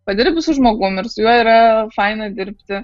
padirbi su žmogum ir su juo yra faina dirbti